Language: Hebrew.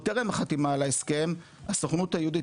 הסוכנות היהודית,